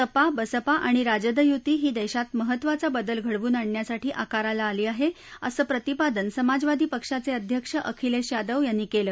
सपा बसपा आणि राजद युती ही देशात महत्त्वाचा बदल घडवून आणण्यासाठी आकाराला आली आहे असं प्रतिपादन समाजवादी पक्षाचे अध्यक्ष अखिलेश यादव यांनी केलं